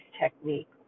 technique